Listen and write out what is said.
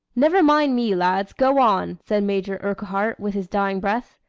never mind me, lads, go on, said major urquhart with his dying breath.